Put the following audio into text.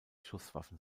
schusswaffen